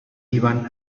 iban